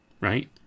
right